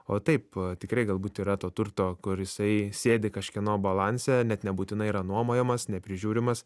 o taip tikrai galbūt yra to turto kur jisai sėdi kažkieno balanse net nebūtinai yra nuomojamas neprižiūrimas